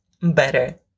better